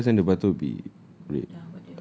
ya you press then the button will be red